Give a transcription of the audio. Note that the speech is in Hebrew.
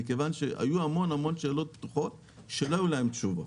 מכיוון שהיו המון המון שאלות פתוחות שלא היו להן תשובות.